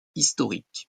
historique